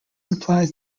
implies